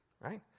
right